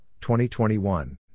2021